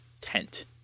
tent